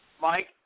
Mike